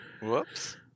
Whoops